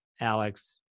Alex